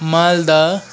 Malda